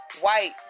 white